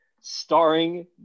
starring